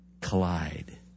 collide